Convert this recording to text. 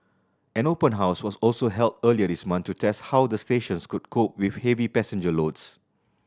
an open house was also held earlier this month to test how the stations could cope with heavy passenger loads